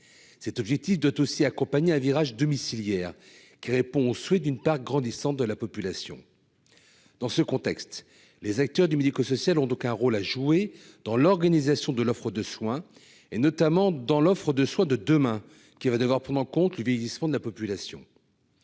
Cet objectif doit aussi accompagner un virage domiciliaire, qui répond aux souhaits d'une part grandissante de la population. Dans ce contexte, les acteurs du médico-social ont donc un rôle à jouer dans l'organisation de l'offre de soins, et notamment dans l'offre de soins de demain, qui va devoir prendre en compte le vieillissement de la population.